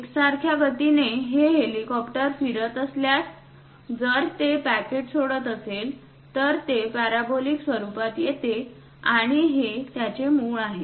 एकसारख्या गतीने हे हेलिकॉप्टर फिरत असल्यास जर ते पॅकेट सोडत असेल तर ते पॅराबोलिक स्वरूपात येते आणि हे याचे मूळ आहे